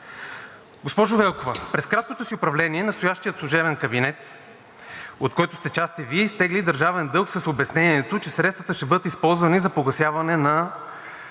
Госпожо Велкова, през краткото си управление настоящият служебен кабинет, от който сте част и Вие, изтегли държавен дълг с обяснението, че средствата ще бъдат използвани за погасяване на